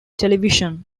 television